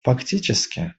фактически